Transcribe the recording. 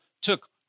took